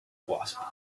wasp